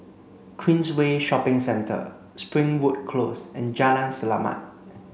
Queensway Shopping Centre Springwood Close and Jalan Selamat